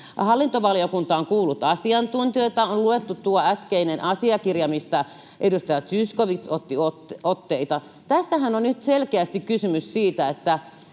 Hallintovaliokunta on kuullut asiantuntijoita. On luettu tuo äskeinen asiakirja, mistä edustaja Zyskowicz otti otteita. Tässähän on nyt selkeästi kysymys siitä,